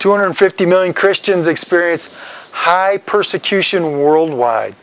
two hundred fifty million christians experience high persecution worldwide